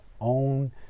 own